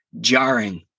jarring